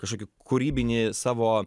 kažkokį kūrybinį savo